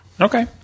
Okay